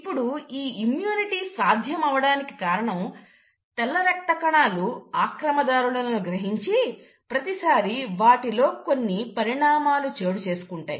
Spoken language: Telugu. ఇప్పుడు ఈ ఇమ్యూనిటీ సాధ్యం అవడానికి కారణం తెల్ల రక్తకణాలు ఆక్రమణదారులను గ్రహించిన ప్రతిసారి వాటిలో కొన్ని పరిణామాలు చోటుచేసుకుంటాయి